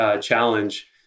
challenge